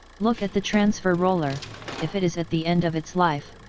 look at the transfer roller if it is at the end of its life,